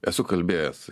esu kalbėjęs